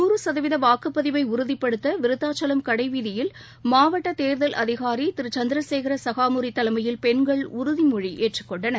நூறுசதவீதவாக்குப்பதிவைஉறுதிப்படுத்தவிருத்தாச்சலம் கடைவீதியில் மாவட்டதேர்தல் அதிகாரிதிருசந்திரசேரசகாமுரிதலைமையில் பெண்கள் உறுதிமொழிஏற்றுக்கொண்டனர்